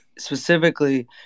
specifically